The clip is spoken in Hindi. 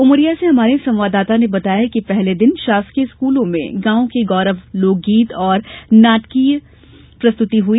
उमरिया से हमारे संवाददाता ने बताया है कि पहले दिन शासकीय स्कूलों में गॉव के गौरव लोकगीत और स्थानीय नाटकों को प्रस्तुत किया गया